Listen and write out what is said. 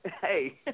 Hey